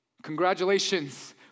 Congratulations